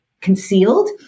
concealed